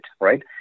right